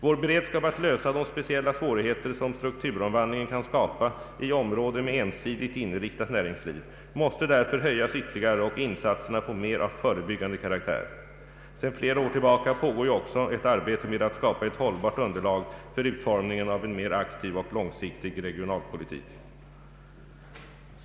Vår beredskap att lösa de speciella svårigheter som strukturomvandlingen kan skapa i områden med ensidigt inriktat näringsliv måste därför höjas ytterligare och insatserna få mer av förebyggande karaktär. Sedan flera år tillbaka pågår ju också ett arbete med att skapa ett hållbart underlag för utformningen av en mer aktiv och långsiktig regionalpolitik.